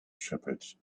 shepherd